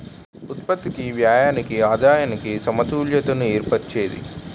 ఉత్పత్తికి వ్యయానికి ఆదాయానికి సమతుల్యత ఏర్పరిచేది